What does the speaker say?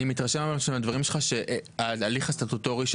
אני מתרשם מהדברים שלך שההליך הסטטוטורי של